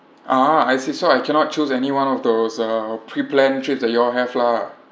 ah I see so I cannot choose any one of those uh pre-planned trip that you all have lah